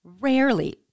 rarely